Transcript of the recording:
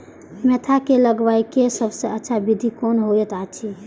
Mentha के लगवाक सबसँ अच्छा विधि कोन होयत अछि?